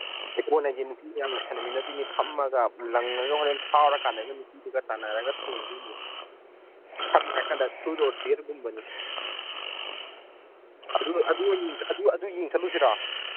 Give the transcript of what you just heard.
ꯂꯤꯀꯣꯟ ꯍꯥꯏꯔꯤꯁꯦ ꯅꯨꯄꯤ ꯃꯌꯥꯝꯒ ꯁꯥꯟꯅꯃꯤꯟꯅꯗꯣꯏꯅꯦ ꯐꯝꯃꯒ ꯂꯪꯉꯒ ꯍꯣꯔꯦꯟ ꯐꯥꯎꯔꯀꯥꯟꯗ ꯅꯨꯄꯤꯗꯒ ꯇꯥꯟꯟꯔꯒ ꯊꯣꯝꯗꯣꯏꯅꯦ ꯁꯝꯅ ꯍꯥꯏꯔꯀꯥꯟꯗ ꯇ꯭ꯔꯨꯠ ꯑꯣꯔ ꯗꯤꯌꯔ ꯒꯨꯝꯕꯅꯤ ꯑꯗꯨ ꯌꯦꯡꯕ ꯆꯠꯂꯨꯁꯤꯔꯣ